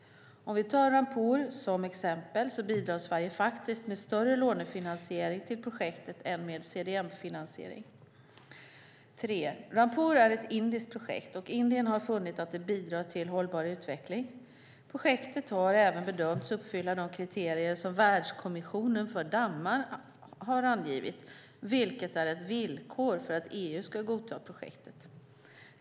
Om vi tar Rampur som exempel bidrar Sverige faktiskt med större lånefinansiering till projektet än med CDM-finansiering. Rampur är ett indiskt projekt, och Indien har funnit att det bidrar till hållbar utveckling. Projektet har även bedömts uppfylla de kriterier som Världskommissionen för dammar har angivit, vilket är ett villkor för att EU ska godta projektet.